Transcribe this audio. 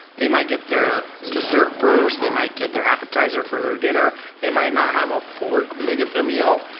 they might get their dessert first, they might get their appetizer for their dinner, they might not have a fork when they get their meal,